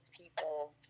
people